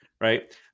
right